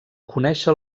conèixer